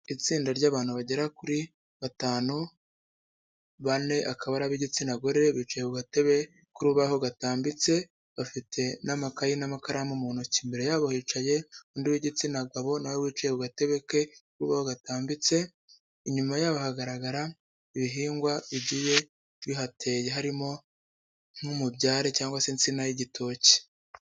Itsinda ry'abantu bagera kuri batanu, bane akaba ari ab'igitsina gore, bicaye ku gatebe k'urubaho, gatambitse n'amakayi n'amakaramu mu ntoki, imbere yabo hicaye undi w'igitsina gabo na we wicaye ku gatebe ke k'urubaho gatambitse, inyuma yabo hagaragara ibihingwa bigiye bihateye, harimo nk'umubyare cyangwag se insina y'igitoki.